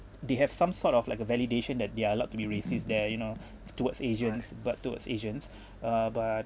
they have some sort of like a validation that they are allowed to be racist there you know towards asians but towards asians uh but